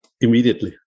immediately